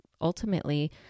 ultimately